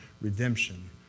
redemption